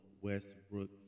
Westbrook